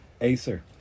Acer